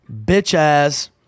bitch-ass